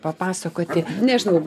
papasakoti nežinau